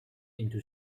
into